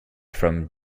from